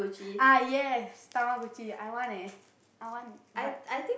ah yes Tamagotchi I want eh I want but